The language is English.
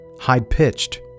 High-pitched